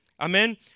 Amen